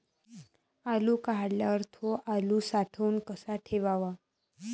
आलू काढल्यावर थो आलू साठवून कसा ठेवाव?